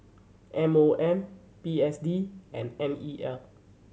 M O M P S D and N E L